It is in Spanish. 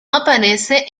aparece